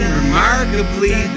remarkably